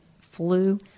flu